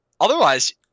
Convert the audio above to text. otherwise